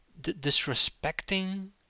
disrespecting